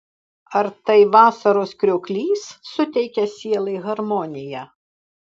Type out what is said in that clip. ar tai vasaros krioklys suteikia sielai harmoniją